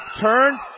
turns